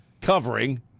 covering